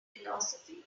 philosophy